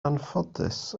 anffodus